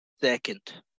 second